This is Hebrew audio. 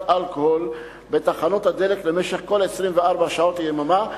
אלכוהול בתחנות הדלק במשך כל שעות היממה,